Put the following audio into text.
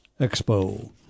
Expo